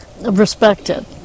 respected